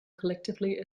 collectively